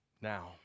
Now